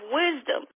wisdom